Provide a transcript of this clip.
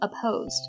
opposed